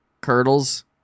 curdles